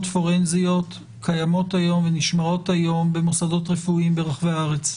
פורנזיות קיימות ונשמרות היום במוסדות רפואיים ברחבי הארץ.